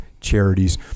charities